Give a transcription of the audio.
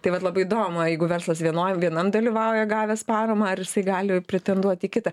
tai vat labai įdomu jeigu verslas vienoj vienam dalyvauja gavęs paramą ar jisai gali pretenduot į kitą